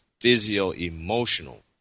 physio-emotional